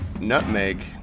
Nutmeg